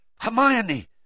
Hermione